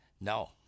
No